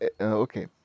Okay